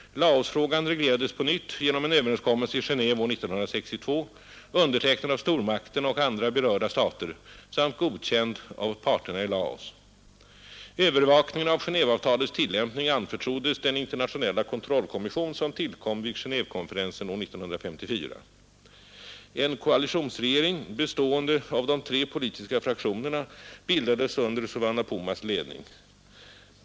Laosfrågan reglerades på nytt genom en överenskommelse i Genéve år 1962, undertecknad av stormakterna och andra berörda stater samt godkänd av parterna i Laos. Övervakningen av Genéveavtalets tillämpning anförtroddes den internationella kontrollkommission som tillkom vid Genévekonferensen år 1954. En koalitionsregering bestående av de tre politiska fraktionerna bildades under Souvanna Phoumas ledning.